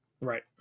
Right